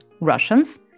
russians